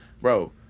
bro